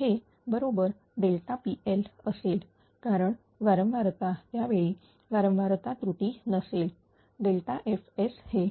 हे बरोबर PL असेल कारण वारंवारता त्यावेळी वारंवारता त्रुटी नसेल F हे 0